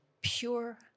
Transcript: pure